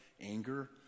anger